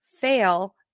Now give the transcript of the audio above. fail